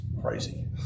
crazy